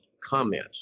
comment